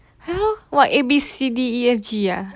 ya lor what A B C D E F G ah